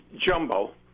jumbo